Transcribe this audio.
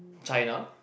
China